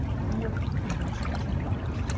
we've produced two products.